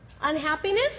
Unhappiness